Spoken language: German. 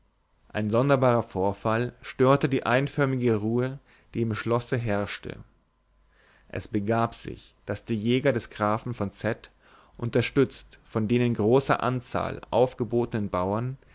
ein sonderbarer vorfall störte die einförmige ruhe die im schlosse herrschte es begab sich daß die jäger des grafen von z unterstützt von den in großer anzahl aufgebotenen bauern